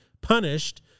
punished